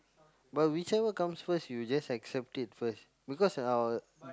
but whichever comes first you just accept it first because our